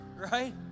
right